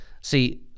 See